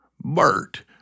Bert